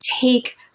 take